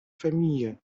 famille